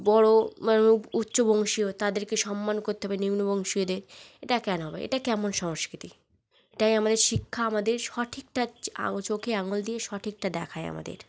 বড়ো মানুষ উচ্চ বংশীয় তাদেরকে সম্মান করতে হবে নিম্ন বংশীয়দের এটা কেন হবে এটা কেমন সংস্কৃতি তাই আমাদের শিক্ষা আমাদের সঠিকটা চোখে আঙুল দিয়ে সঠিকটা দেখায় আমাদের